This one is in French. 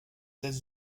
états